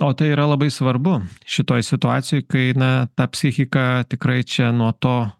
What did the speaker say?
o tai yra labai svarbu šitoj situacijoj kai na ta psichika tikrai čia nuo to